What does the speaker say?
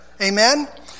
Amen